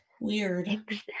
weird